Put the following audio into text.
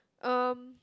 um